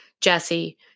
Jesse